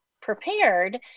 prepared